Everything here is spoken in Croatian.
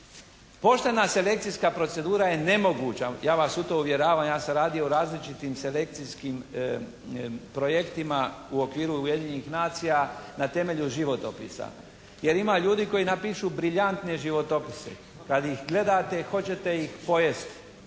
Poštena selekcijska procedura je nemoguća. Ja vas u to uvjeravam, ja sam radio u različitim selekcijskim projektima u okviru Ujedinjenih nacija na temelju životopisa. Jer ima ljudi koji napišu briljantne životopise. Kad ih gledate hoćete ih pojesti.